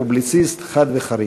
פובליציסט חד וחריף.